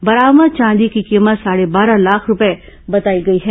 बरामद चांदी की कीमत साढ़े बारह लाख रूपए बताई गई है